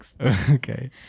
Okay